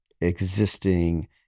existing